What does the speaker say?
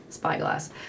Spyglass